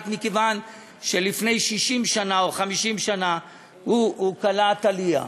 רק מכיוון שלפני 60 שנה או 50 שנה היא קלטה עלייה.